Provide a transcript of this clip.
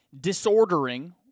disordering